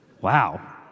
Wow